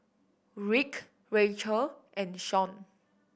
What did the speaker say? Rick Racheal and Sean